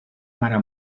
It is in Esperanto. mara